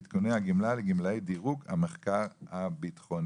עדכוני הגמלה לגמלאי דירוג המחקר הביטחוני.